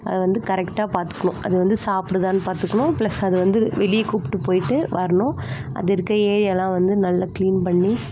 அதை வந்து கரெக்டாக பார்த்துக்கணும் அதை வந்து சாப்பிடுதா பார்த்துக்கணும் ப்ளஸ் அதை வந்து வெளியே கூப்பிட்டு போய்ட்டு வரணும் அது இருக்க ஏரியாவெல்லாம் வந்து நல்லா க்ளீன் பண்ணி